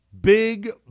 Big